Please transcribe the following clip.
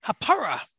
hapara